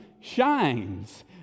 shines